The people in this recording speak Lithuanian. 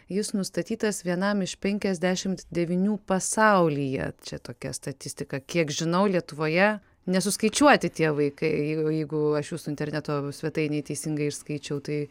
jis nustatytas vienam iš penkiasdešimt devynių pasaulyje čia tokia statistika kiek žinau lietuvoje nesuskaičiuoti tie vaikai jeigu jeigu aš jūsų interneto svetainėje teisingai išskaičiau tai